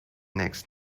next